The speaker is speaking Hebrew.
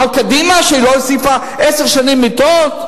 על קדימה שהיא לא הוסיפה עשר שנים מיטות?